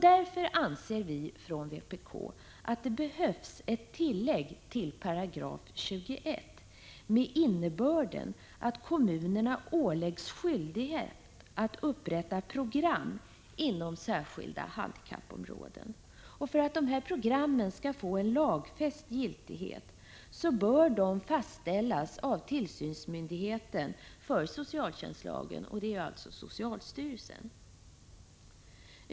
Därför anser vi från vpk att det behövs ett tillägg till 21 § med innebörden att kommunerna åläggs skyldighet att upprätta program inom särskilda handikappområden. För att programmen skall få en lagfäst giltighet bör de fastställas av tillsynsmyndigheten för socialtjänstlagen, dvs. socialstyrelsen.